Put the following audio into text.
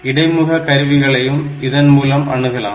இடைமுக கருவிகளையும் இதன்மூலம் அணுகலாம்